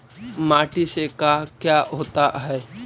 माटी से का क्या होता है?